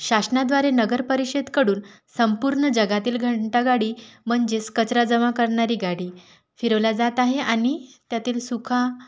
शासनाद्वारे नगरपरिषदेकडून संपूर्ण जगातील घंटागाडी म्हणजेच कचरा जमा करणारी गाडी फिरवली जात आहे आणि त्यातील सुका